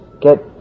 get